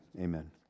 Amen